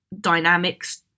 dynamics